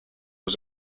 was